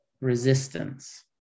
resistance